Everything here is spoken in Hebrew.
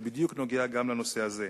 שבדיוק נוגע גם לנושא הזה.